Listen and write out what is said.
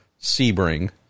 Sebring